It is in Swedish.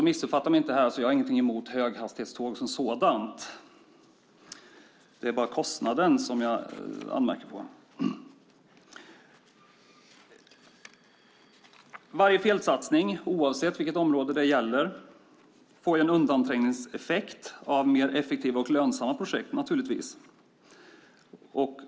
Missuppfatta mig inte här. Jag har ingenting emot höghastighetståg som sådana. Det är bara kostnaden jag anmärker på. Varje felsatsning oavsett vilket område det gäller får en undanträngningseffekt för mer effektiva och lönsamma projekt.